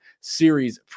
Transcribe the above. series